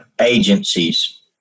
agencies